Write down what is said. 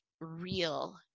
real